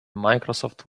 microsoft